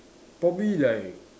probably like